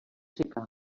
secà